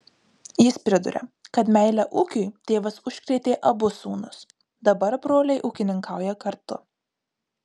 jis priduria kad meile ūkiui tėvas užkrėtė abu sūnus dabar broliai ūkininkauja kartu